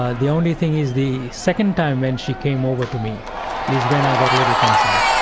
ah the only thing is the second time when she came over to me is when i got a little concerned.